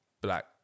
black